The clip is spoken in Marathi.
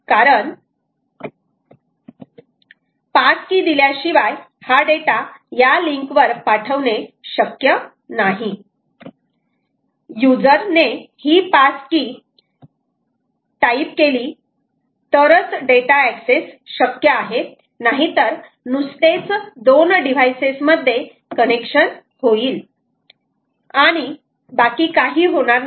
कारण पास की दिल्याशिवाय हा डेटा या लिंक वर पाठवणे शक्य नाही युजर ने ही पास की टाईप केली तरच डेटा एक्सेस शक्य आहे नाहीतर नुसतेच दोन डिव्हाइसेस मध्ये कनेक्शन होईल बाकी काही होणार नाही